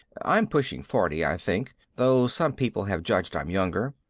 i'm pushing forty, i think, though some people have judged i'm younger.